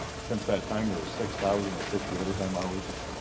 since that time there were six thousand and sixty overtime hours.